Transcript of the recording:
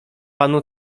panu